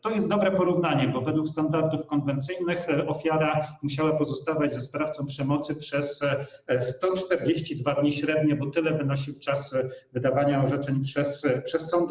To jest dobre porównanie, bo według standardów konwencyjnych ofiara musiała pozostawać ze sprawcą przemocy średnio przez 142 dni, bo tyle wynosił czas wydawania orzeczeń przez sądy.